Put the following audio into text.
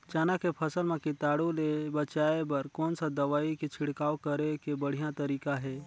चाना के फसल मा कीटाणु ले बचाय बर कोन सा दवाई के छिड़काव करे के बढ़िया तरीका हे?